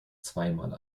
zweimal